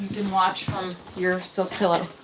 can watch from your silk pillow.